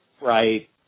right